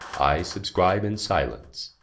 i subscribe in silence